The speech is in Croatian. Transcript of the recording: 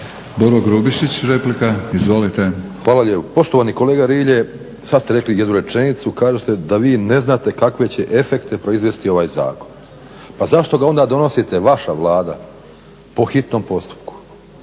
**Grubišić, Boro (HDSSB)** Hvala lijepo. Poštovani kolega Rilje, sad ste rekli jednu rečenicu. Kažoste da vi ne znate kakve će efekte proizvesti ovaj zakon. Pa zašto ga onda donosite vaša Vlada po hitnom postupku?